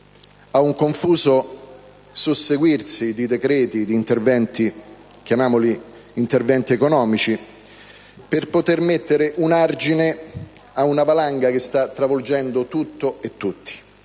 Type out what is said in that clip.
ad un confuso susseguirsi di decreti, di interventi che chiamiamo economici, per poter mettere un argine ad una valanga che sta travolgendo tutto e tutti.